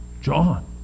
John